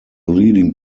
leading